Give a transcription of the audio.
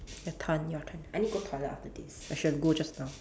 your turn your turn I need go toilet after this I should have go just now